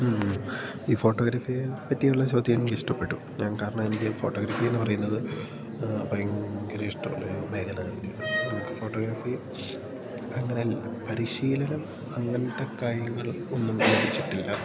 ഈ ഫോട്ടോഗ്രാഫിയെ പറ്റിയുള്ള ചോദ്യം എനിക്കിഷ്ടപ്പെട്ടു ഞാൻ കാരണം എനിക്ക് ഫോട്ടോഗ്രാഫി എന്നു പറയുന്നത് ഭയങ്കര ഇഷ്ടമുള്ള ഒരു മേഖല തന്നെയാണ് നമുക്ക് ഫോട്ടോഗ്രാഫി അങ്ങനെ പരിശീലനം അങ്ങനത്തെ കാര്യങ്ങൾ ഒന്നും ലഭിച്ചിട്ടില്ല